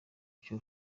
icyo